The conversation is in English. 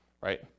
right